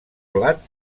blat